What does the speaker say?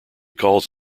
calls